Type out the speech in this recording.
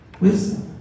Wisdom